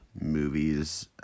movies